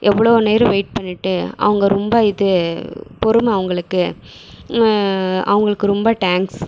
எவ்வளோ நேரம் வெய்ட் பண்ணிட்டு அவங்க ரொம்ப இது பொறுமை அவங்களுக்கு அவங்களுக்கு ரொம்ப டேங்க்ஸ்